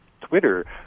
Twitter